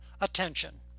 attention